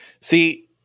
See